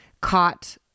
caught